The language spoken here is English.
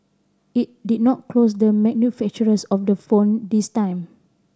it did not close the manufacturers of the phone this time